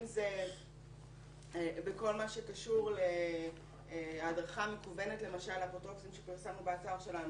אם זה בכל מה שקשור להדרכה מקוונת לאפוטרופוסים שפרסמנו באתר שלנו,